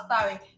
sorry